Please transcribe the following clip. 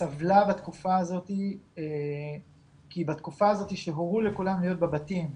סבלה בתקופה הזאת כי בתקופה הזאת שהורו לכולם להיות בבתים,